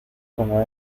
como